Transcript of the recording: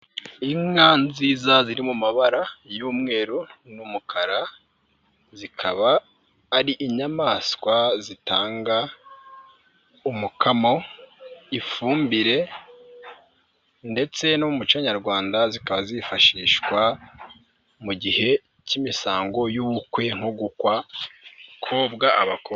Inka nziza ziri mu mabara y'umweru n'umukara, zikaba ari inyamaswa zitanga umukamo, ifumbire ndetse n' muco Nyarwanda zikaba zifashishwa mu gihe cy'imisango y'ubukwe nko gukwa.